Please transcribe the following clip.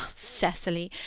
cecily,